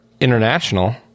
international